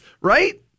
right